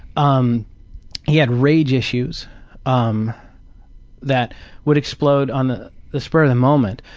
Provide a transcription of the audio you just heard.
um he had rage issues um that would explode on the the spur of the moment.